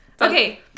Okay